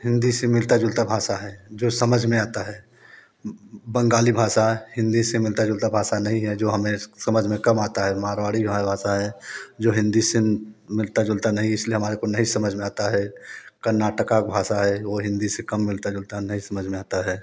हिंदी से मिलता जुलता भाषा है जो समझ में आता है बंगाली भाषा हिंदी से मिलता जुलता भाषा नहीं है जो हमें समझ में कम आता है मारवाड़ी भा भाषा है जो हिंदी से मिलता जुलता नहीं इसलिए हमारे को नहीं समझ में आता है कर्नाटका का भाषा है वह हिंदी से कम मिलता जुलता है नहीं समझ में आता है